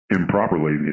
improperly